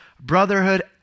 brotherhood